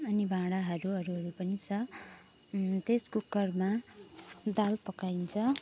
अनि भाँडाहरू अरूहरू पनि छ त्यस कुकरमा दाल पकाइन्छ